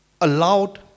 allowed